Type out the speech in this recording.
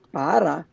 para